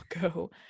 go